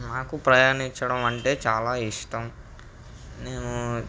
నాకు ప్రయాణించడం అంటే చాలా ఇష్టం నేనూ